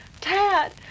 Tad